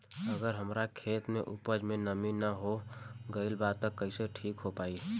अगर हमार खेत में उपज में नमी न हो गइल बा त कइसे ठीक हो पाई?